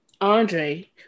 Andre